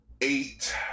eight